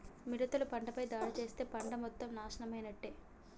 మిడతలు పంటపై దాడి చేస్తే పంట మొత్తం నాశనమైనట్టే